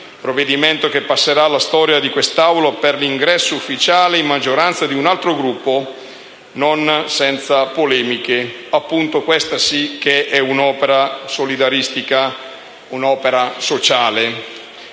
provvedimento passerà alla storia di questa Aula per l'ingresso ufficiale in maggioranza di un altro Gruppo, non senza polemiche. Questa sì che è un'opera solidaristica e sociale.